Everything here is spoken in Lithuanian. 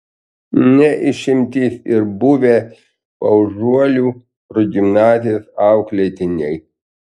ne išimtis ir buvę paužuolių progimnazijos auklėtiniai